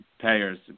payers